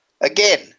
Again